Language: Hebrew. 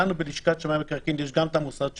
לנו בלשכת שמאי המקרקעין יש גם את המוסד שלנו,